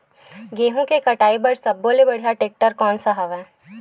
गेहूं के कटाई या कटाई बर सब्बो ले बढ़िया टेक्टर कोन सा हवय?